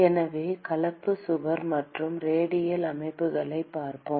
எனவே கலப்பு சுவர் மற்றும் ரேடியல் அமைப்புகளைப் பார்ப்போம்